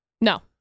No